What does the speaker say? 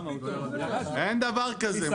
אין דבר כזה,